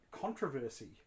controversy